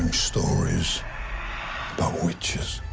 stories about witchers.